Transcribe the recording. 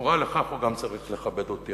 בתמורה לכך הוא גם צריך לכבד אותי,